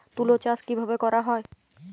তুলো চাষ কিভাবে করা হয়?